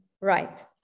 right